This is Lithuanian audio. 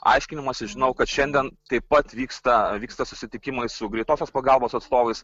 aiškinamasi žinau kad šiandien taip pat vyksta vyksta susitikimai su greitosios pagalbos atstovais